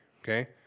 okay